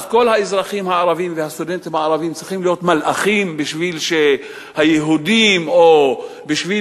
כל הסטודנטים הערבים צריכים להיות מלאכים כדי שהיהודים או כדי